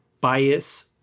bias